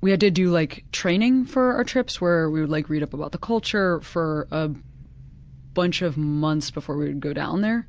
we had to do like training for our trips where we would like read up about the culture for a bunch of months before we would go down there,